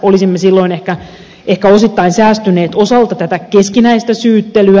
olisimme silloin ehkä osittain säästyneet osalta tätä keskinäistä syyttelyä